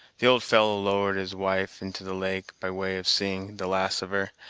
the old fellow lowered his wife into the lake, by way of seeing the last of her,